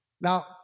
Now